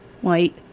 White